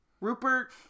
Rupert